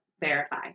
verify